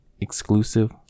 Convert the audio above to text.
Exclusive